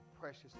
precious